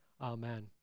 Amen